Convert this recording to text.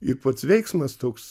ir pats veiksmas toks